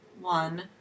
one